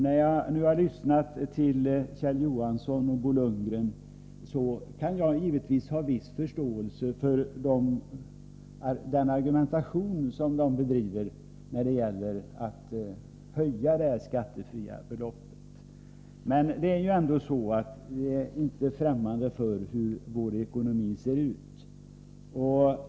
När jag nu har lyssnat till Kjell Johansson och Bo Lundgren kan jag givetvis ha viss förståelse för deras argumentation för en höjning av det skattefria beloppet, men vi är inte främmande för hur vår ekonomi ser ut.